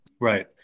Right